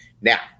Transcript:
Now